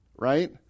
right